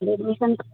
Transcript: admission